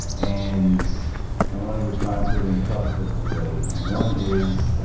and i want to respond to it in a couple different ways. one is,